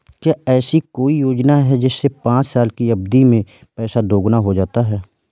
क्या ऐसी कोई योजना है जिसमें पाँच साल की अवधि में पैसा दोगुना हो जाता है?